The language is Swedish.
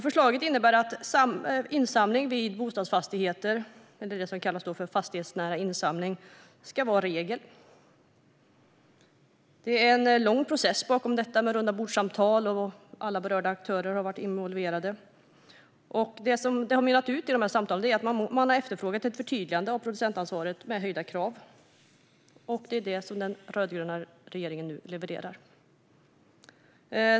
Förslaget innebär att insamling vid bostadsfastigheter - det som kallas för fastighetsnära insamling - ska vara regel. Det är en lång process bakom detta med rundabordssamtal, och alla berörda aktörer har varit involverade. Samtalen har mynnat ut i att man efterfrågat ett förtydligande av producentansvaret med höjda krav. Det är vad den rödgröna regeringen nu levererar.